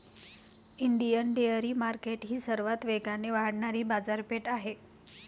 Indian dairy market ही सर्वात वेगाने वाढणारी बाजारपेठ आहे